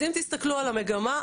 אם תסתכלו על המגמה,